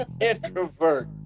introvert